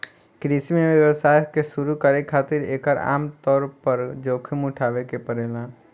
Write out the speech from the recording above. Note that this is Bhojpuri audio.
कृषि में व्यवसाय के शुरू करे खातिर एकर आमतौर पर कम जोखिम उठावे के पड़ेला